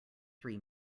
three